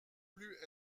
plus